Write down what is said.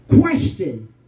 Question